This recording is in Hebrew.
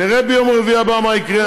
נראה ביום רביעי הבא מה יקרה.